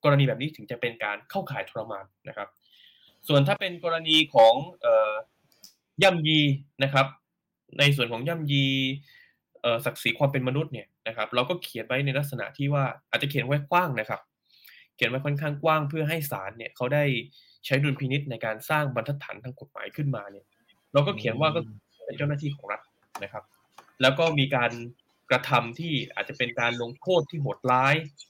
กรณีแบบนี้ถึงจะเป็นการเข้าข่ายทรมานนะครับ ส่วนถ้าเป็นกรณีของ เอ่อ ย่ำยีนะครับ ในส่วนของย่ำยี เอ่อ ศักดิ์ศรีความเป็นมนุษย์เนี่ยนะครับ เราก็เขียนไว้ในลักษณะที่ว่า อาจจะเขียนไว้กว้างนะครับ เขียนไว้ค่อนข้างกว้างเพื่อให้ศาลเนี่ย เขาได้ใช้ดุลพินิจในการสร้างบรรทัดฐานทางกฎหมายขึ้นมาเนี่ย เราก็เขียนว่าก็เป็นเจ้าหน้าที่ของรัฐนะครับ แล้วก็มีการกระทำที่อาจจะเป็นการลงโทษที่โหดร้าย